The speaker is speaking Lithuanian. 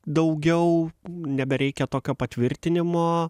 daugiau nebereikia tokio patvirtinimo